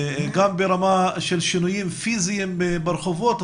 גם ברמה של שינויים פיזיים ברחובות,